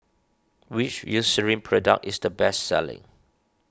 which Eucerin product is the best selling